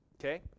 Okay